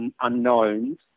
unknowns